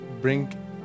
bring